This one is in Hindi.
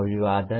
अभिवादन